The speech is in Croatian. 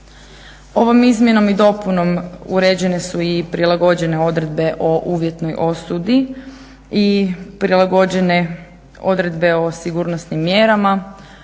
Ovom izmjenom i dopunom uređene su i prilagođene odredbe o uvjetnoj osudi i prilagođene odredbe o sigurnosnim mjerama,